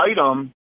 item